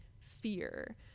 fear